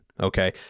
Okay